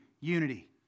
unity